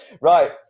Right